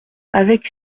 avec